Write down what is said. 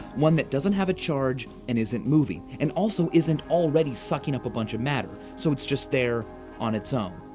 one that doesn't have a charge and isn't moving. and, also, isn't already sucking up a bunch of matter. so it's just there on its own.